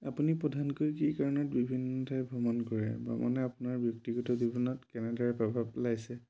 আপুনি প্ৰধানকৈ কি কাৰণত বিভিন্ন ঠাই ভ্ৰমণ কৰে ভ্ৰমণে আপোনাৰ ব্যক্তিগত জীৱনত কেনেদৰে প্ৰভাৱ পেলাইছে